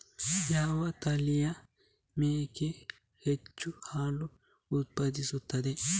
ಯಾವ ತಳಿಯ ಮೇಕೆ ಹೆಚ್ಚು ಹಾಲು ಉತ್ಪಾದಿಸುತ್ತದೆ?